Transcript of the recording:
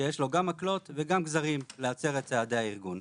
שיש לו גם מקלות וגם גזרים להצר את צעדי הארגון.